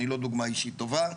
אני לא דוגמא אישית טובה,